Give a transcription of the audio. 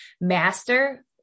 master